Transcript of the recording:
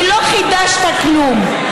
כי לא חידשת כלום.